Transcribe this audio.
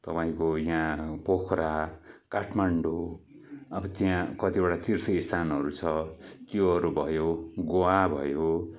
तपाईँको या पोखरा काठमाडौँ अब त्यहाँ कतिवटा तीर्थ स्थानहरू छ त्योहरू भयो गोवा भयो